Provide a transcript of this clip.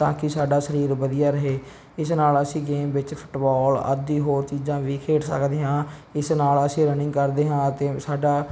ਤਾਂ ਕਿ ਸਾਡਾ ਸਰੀਰ ਵਧੀਆ ਰਹੇ ਇਸ ਨਾਲ ਅਸੀਂ ਗੇਮ ਵਿੱਚ ਫੁੱਟਬੋਲ ਆਦਿ ਹੋਰ ਚੀਜ਼ਾਂ ਵੀ ਖੇਡ ਸਕਦੇ ਹਾਂ ਇਸ ਨਾਲ ਅਸੀਂ ਰਨਿੰਗ ਕਰਦੇ ਹਾਂ ਅਤੇ ਸਾਡਾ